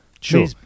Sure